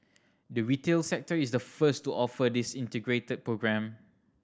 the retail sector is the first to offer this integrated programme